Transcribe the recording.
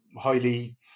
highly